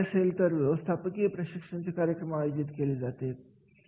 आहे आणि ते कार्य संस्थेसाठी किती महत्त्वाचे आहे हे समजणे गरजेचे आहे